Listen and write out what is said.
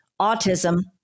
autism